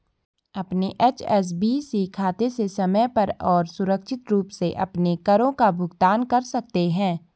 अपने एच.एस.बी.सी खाते से समय पर और सुरक्षित रूप से अपने करों का भुगतान कर सकते हैं